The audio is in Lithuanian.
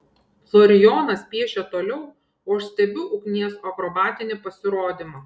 florijonas piešia toliau o aš stebiu ugnies akrobatinį pasirodymą